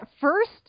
first